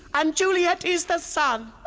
um juliet is the sun!